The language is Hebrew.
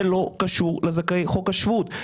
זה לא קשור לזכאי חוק השבות,